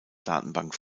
datenbank